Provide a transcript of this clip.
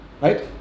Right